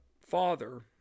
father